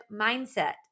mindset